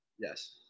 yes